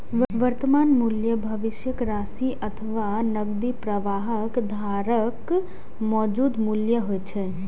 वर्तमान मूल्य भविष्यक राशि अथवा नकदी प्रवाहक धाराक मौजूदा मूल्य होइ छै